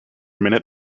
minute